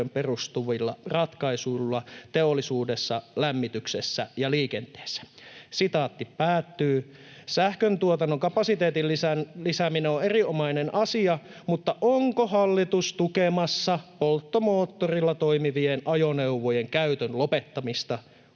perustuvilla ratkaisuilla teollisuudessa, lämmityksessä ja liikenteessä.” Sähköntuotannon kapasiteetin lisääminen on erinomainen asia, mutta onko hallitus tukemassa polttomoottorilla toimivien ajoneuvojen käytön lopettamista? Onko